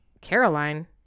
Caroline